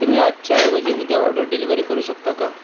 तुम्ही आजच्याऐवजी उद्या ऑर्डर डिलिव्हरी करू शकता का